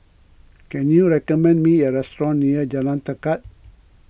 can you recommend me a restaurant near Jalan Tekad